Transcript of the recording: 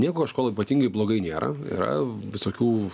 nieko aš kol ypatingai blogai nėra yra visokių